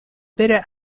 bitter